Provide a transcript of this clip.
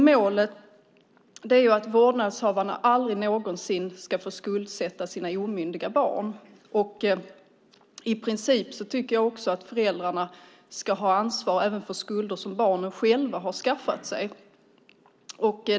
Målet är att vårdnadshavarna aldrig någonsin ska få skuldsätta sina omyndiga barn. I princip tycker jag också att föräldrarna ska ha ansvar även för skulder som barnen själva har skaffat sig.